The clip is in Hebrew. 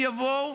הם יבואו,